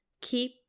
keep